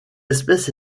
espèce